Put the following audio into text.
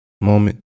moment